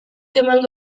emango